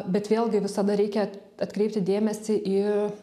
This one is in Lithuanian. bet vėlgi visada reikia atkreipti dėmesį į